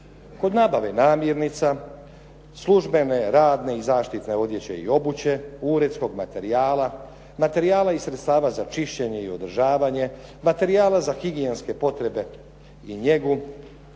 Kod nabave namirnica, službene, radne i zaštitne odjeće i obuće, uredskog materijala, materijala i sredstava za čišćenje i održavanje, materijala za higijenske potrebe i njegu,